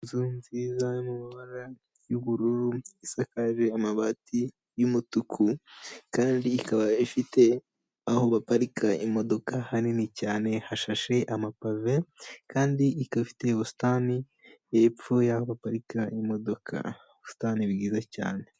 Izu nziza iri mu mabara y'ubururu, isakaje amabati y'umutuku kandi ikaba ifite aho baparika imodoka hanini cyane hashashe amapave, kandi ikaba ifite ubusitani hepfo yaho baparirika imodoka; ubusitani bwiza cyane.